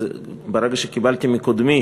ברגע שקיבלתי מקודמי